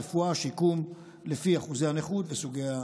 הרפואה והשיקום לפי אחוזי הנכות וסוגי הפציעה.